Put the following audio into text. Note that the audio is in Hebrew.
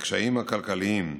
לקשיים הכלכליים,